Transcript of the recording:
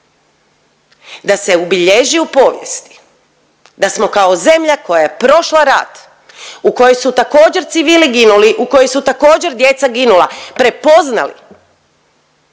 da se ubilježi u povijest da smo kao zemlja koja je prošla rat u kojoj su također civili ginuli, u kojoj su također djeca ginula prepoznali